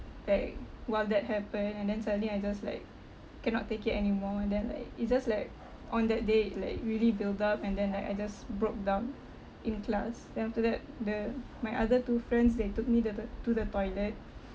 like while that happen and then suddenly I just like cannot take it anymore and then like it's just like on that day it like really build up and then like I just broke down in class then after that the my other two friends they took me the the to the toilet